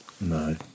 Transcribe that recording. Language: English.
No